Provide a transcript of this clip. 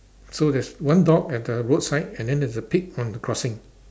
so there's one dog at the roadside and then there's a pig on the crossing